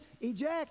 eject